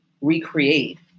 recreate